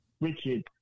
Richard